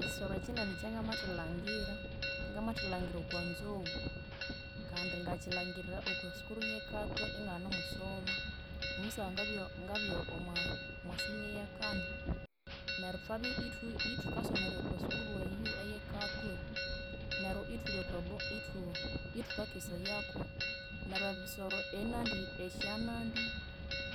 Ekyisoro ekyinene ekyangamathalhangira ngamathalhangira okwanzoghu kandi ngakyilhangirira okwasukuru yekatwe inganemusoma. Omusaha ngabya ngabya omwa omwasenior eyakani. Neryu twabya ithu ithukasomera okwasukuru eyo eyekatwe neryu ithuli okwabo ithu ithukakesayaku neryu ebisoro enandi esyanandi